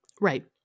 Right